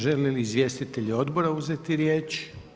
Žele li izvjestitelji odbora uzeti riječ?